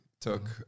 took